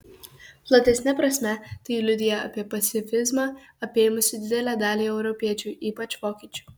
platesne prasme tai liudija apie pacifizmą apėmusį didelę dalį europiečių ypač vokiečių